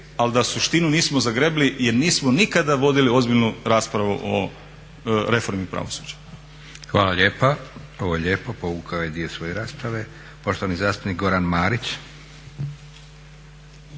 a da suštinu nismo zagrebli jer nismo nikada vodili ozbiljnu raspravu o reformi pravosuđa. **Leko, Josip (SDP)** Hvala lijepa. Ovo je lijepo, povukao je dio svoje rasprave. Poštovani zastupnik Goran Marić.